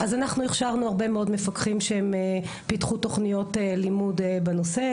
אז אנחנו הכשרנו הרבה מאוד מפקחים שהם פיתחו תוכניות לימוד בנושא,